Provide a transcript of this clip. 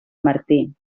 martí